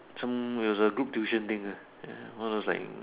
some as a group tuition thing lah ya mine was like